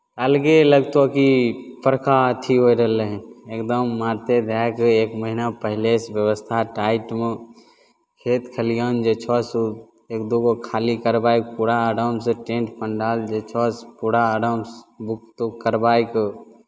अलगे लगतौ की बड़का अथि होय रहलै हइ एकदम मारिते धऽ कऽ एक महीनासँ पहिले व्यवस्था टाइटमे खेत खलिआन जे छौ से एक दूगो खाली करबाए कऽ पूरा एकदम आरामसँ टेंट पंडाल जे छौ से पूरा आरामसँ बुक तुक करबाए कऽ